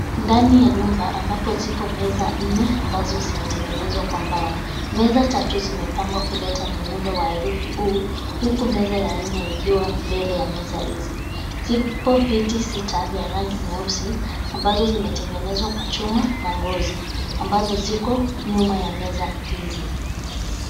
Ndani ya nyumba ambapo zipo meza nne ambazo zimetengenezwa kwa mbao. Meza tatu zimepangwa kuleta muundo wa herufi u,huku meza ya nne ikiwa bele ya meza hizi. Zipo viti sita vya rangi nyeusi, ambazo zime tengenezwa kwa chuma na ngozi. Ambazo ziko nyuma ya meza hizi.